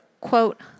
quote